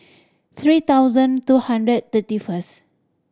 three thousand two hundred thirty first